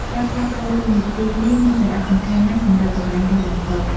ការផ្លាស់ប្តូរតួនាទីនេះមានសារៈសំខាន់ណាស់សម្រាប់ល្បែង រាវបង្កង។